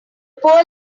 poor